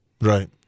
right